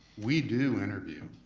we do interview.